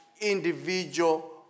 individual